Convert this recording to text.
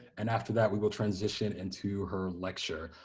and after that, we will transition into her lecture.